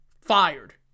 fired